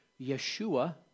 Yeshua